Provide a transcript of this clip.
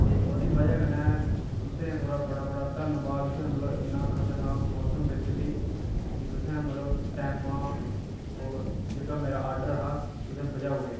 ते ओह्दी बजह् कन्नै तुसेंई थुआढ़ा बड़ा बड़ा धन्यवाद तुसें मतलब इन्ना खतरनाक मौसम बिच बी तुसें मतलब टैमै जेह्का मेरा आर्डर हा तुसें भजाऊड़ेआ